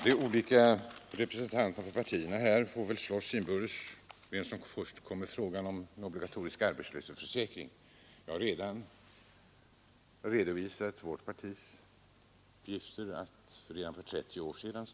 Herr talman! Representanterna för de olika partierna får väl fortsätta att slåss inbördes om vem som först tog upp frågan om en obligatorisk arbetslöshetsförsäkring. Jag har redan redovisat att vårt parti aktualiserade den frågan för 30 år sedan.